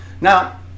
Now